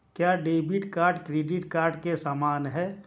क्या debit card credit card के समान है?